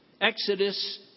Exodus